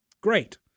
Great